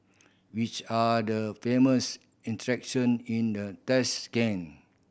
which are the famous attraction in the Tashkent